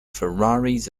ferraris